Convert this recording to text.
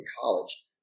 college